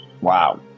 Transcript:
Wow